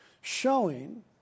Showing